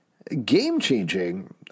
Game-changing